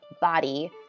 body